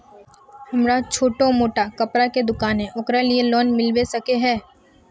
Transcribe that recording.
हमरा छोटो मोटा कपड़ा के दुकान है ओकरा लिए लोन मिलबे सके है?